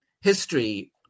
history